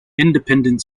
independent